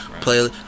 play